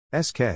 SK